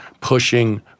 pushing—